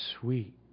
sweet